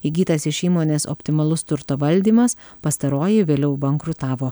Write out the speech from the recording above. įgytas iš įmonės optimalus turto valdymas pastaroji vėliau bankrutavo